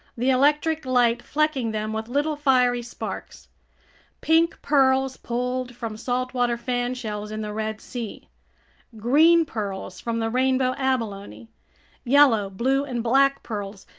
the electric light flecking them with little fiery sparks pink pearls pulled from saltwater fan shells in the red sea green pearls from the rainbow abalone yellow, blue, and black pearls,